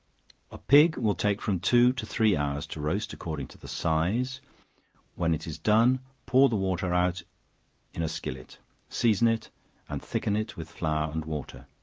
a pig will take from two to three hours to roast, according to the size when it is done, pour the water out in a skillet season it and thicken it with flour and water.